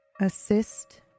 assist